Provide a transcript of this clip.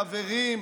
חברים,